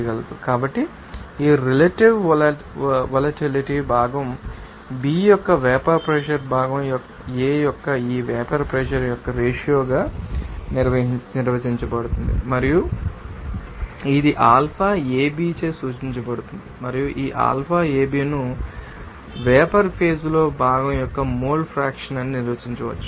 కాబట్టి ఈ relative volatility భాగం B యొక్క వేపర్ ప్రెషర్ భాగం A యొక్క ఈ వేపర్ ప్రెషర్ యొక్క రేషియో గా నిర్వచించబడుతుంది మరియు ఇది ఆల్ఫా AB చే సూచించబడుతుంది మరియు ఈ ఆల్ఫా AB ను కూడా వేపర్ ఫేజ్ లో భాగం యొక్క మోల్ ఫ్రాక్షన్ అని నిర్వచించవచ్చు